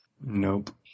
Nope